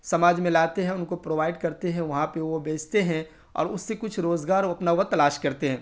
سماج میں لاتے ہیں ان کو پرووائڈ کرتے ہیں وہاں پہ وہ بیچتے ہیں اور اس سے کچھ روزگار وہ اپنا وہ تلاش کرتے ہیں